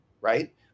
Right